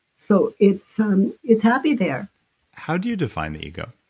so it's um it's happy there how do you define ego?